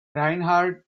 reinhardt